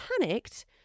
panicked